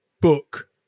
book